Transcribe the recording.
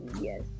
yes